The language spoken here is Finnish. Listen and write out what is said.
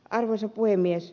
arvoisa puhemies